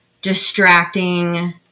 distracting